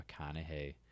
McConaughey